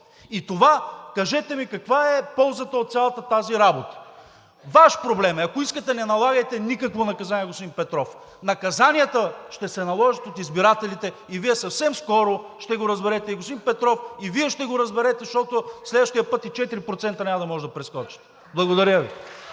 И кажете ми каква е ползата от цялата тази работа?! Ваш проблем е, ако искате, не налагайте никакво наказание на господин Петров. Наказанията ще се наложат от избирателите и Вие съвсем скоро ще го разберете. И господин Петров, и Вие ще го разберете, защото следващия път и 4% няма да можете да прескочите. Благодаря Ви.